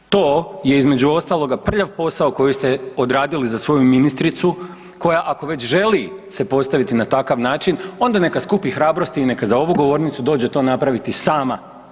To je između ostaloga prljav posao koji ste odradili za svoju ministricu koja ako već želi se postaviti na takav način onda neka skupi hrabrosti i neka za ovu govornicu dođe to napraviti sama.